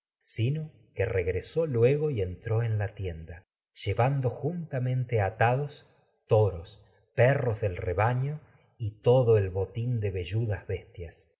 sino regresó luego y entx ó atados toros la tienda rebaño juntamente perros del y todo el botín de velludas bestias